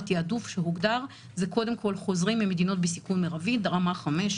התעדוף שהוגדר הוא קודם כל חוזרים ממדינות בסיכון מרבי ברמה 5,